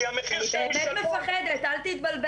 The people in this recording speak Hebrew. כי המחיר שהם ישלמו -- אני באמת מפחדת ואל תתבלבל